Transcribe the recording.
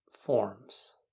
forms